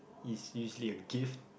is usually a gift